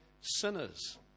sinners